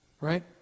right